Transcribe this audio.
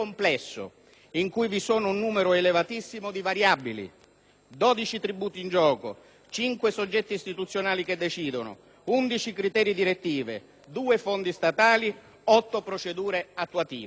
12 tributi in gioco; 5 soggetti istituzionali che decidono; 11 criteri direttivi; 2 fondi statali; 8 procedure attuative. Questi sono gli unici numeri che il ministro Tremonti ha dato.